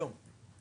היום.